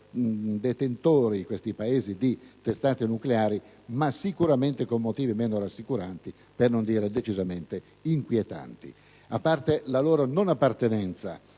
detentori di testate nucleari, ma sicuramente per motivi meno rassicuranti, per non dire decisamente inquietanti. Oltre alla non appartenenza